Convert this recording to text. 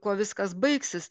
kuo viskas baigsis